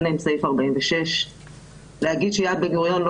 אין להם סעיף 46. להגיד שיד בן-גוריון לא